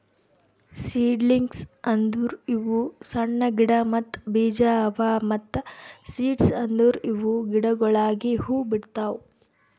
seedlings ಅಂದುರ್ ಇವು ಸಣ್ಣ ಗಿಡ ಮತ್ತ್ ಬೀಜ ಅವಾ ಮತ್ತ ಸೀಡ್ಸ್ ಅಂದುರ್ ಇವು ಗಿಡಗೊಳಾಗಿ ಹೂ ಬಿಡ್ತಾವ್